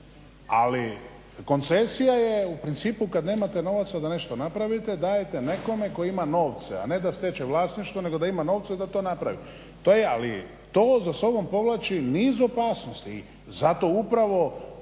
Ali koncesija je u principu kad nemate novaca da nešto napravite, dajete nekome tko ima novce, a ne da steče vlasništvo, nego da ima novce da to napravi. To je, ali to za sobom povlači niz opasnosti i zato upravo